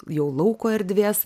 jau lauko erdvės